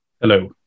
Hello